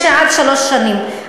יש עד שלוש שנים.